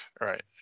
Right